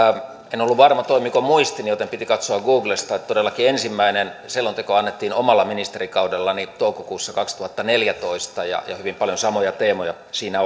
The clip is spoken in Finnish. en ollut varma toimiiko muistini joten piti katsoa googlesta että todellakin ensimmäinen selonteko annettiin omalla ministerikaudellani toukokuussa kaksituhattaneljätoista ja hyvin paljon samoja teemoja siinä